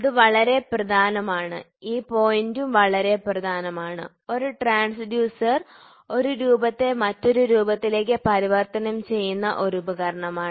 ഇത് വളരെ പ്രധാനമാണ് ഈ പോയിന്റും വളരെ പ്രധാനമാണ് ഒരു ട്രാൻസ്ഡ്യൂസർ ഒരു രൂപത്തെ മറ്റൊരു രൂപത്തിലേക്ക് പരിവർത്തനം ചെയ്യുന്ന ഒരു ഉപകരണമാണ്